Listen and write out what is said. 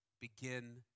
begin